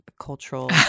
cultural